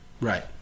Right